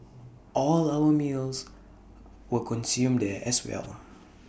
all our meals were consumed there as well